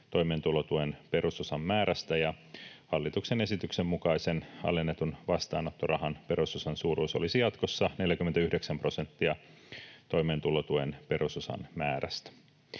toimeentulotuen perusosan määrästä, ja hallituksen esityksen mukaisen, alennetun vastaanottorahan perusosan suuruus olisi jatkossa 49 prosenttia toimeentulotuen perusosan määrästä.